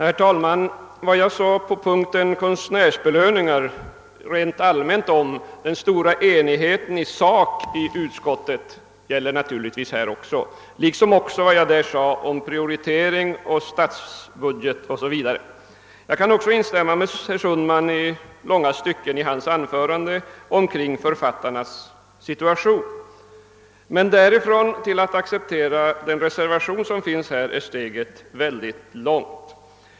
Herr talman! Vad jag under punkten om konstnärsbelöningar rent allmänt sade om den stora enighet i sak i utskottet gäller naturligtvis också på denna punkt, liksom vad jag sade om prioritering, statsbudget o. s. v. Jag kan också i långa stycken instämma i vad herr Sundman i sitt anförande sade om författarnas situation. Men därifrån till att acceptera reservationen vid denna punkt är steget väldigt långt.